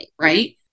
right